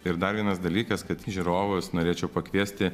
ir dar vienas dalykas kad žiūrovus norėčiau pakviesti